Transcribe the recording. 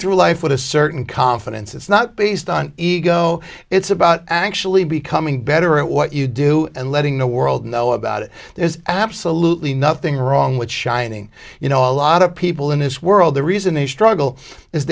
through life with a certain confidence it's not based on ego it's about actually becoming better at what you do and letting the world know about it there's absolutely nothing wrong with shining you know a lot of people in this world the reason they struggle i